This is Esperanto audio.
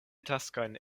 taskojn